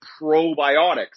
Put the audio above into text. probiotics